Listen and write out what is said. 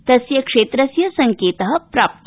तस्य क्षेत्रस्य संकेत प्राप्त